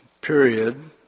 period